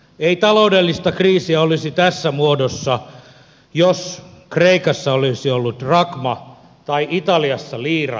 ei taloudellista kriisiä olisi tässä muodossa jos kreikassa olisi ollut drakma tai italiassa liira